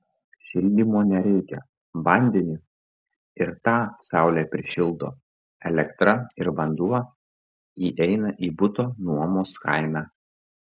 šildymo nereikia vandenį ir tą saulė prišildo elektra ir vanduo įeina į buto nuomos kainą